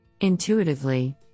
Intuitively